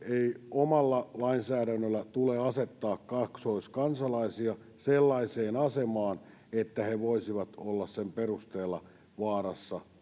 omalla lainsäädännöllämme tule asettaa kaksoiskansalaisia sellaiseen asemaan että he voisivat olla sen perusteella vaarassa